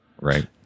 Right